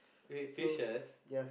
wait fishes